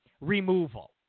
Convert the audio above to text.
removal